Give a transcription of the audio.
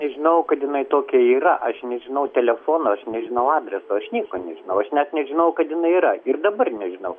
nežinau kad jinai tokia yra aš nežinau telefono aš nežinau adreso aš nieko nežinau aš net nežinau kad jinai yra ir dabar nežinau